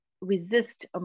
resist